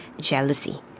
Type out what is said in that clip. jealousy